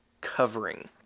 covering